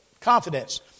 Confidence